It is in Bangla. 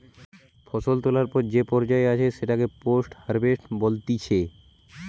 ফসল তোলার পর যে পর্যায়ে আছে সেটাকে পোস্ট হারভেস্ট বলতিছে